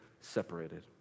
separated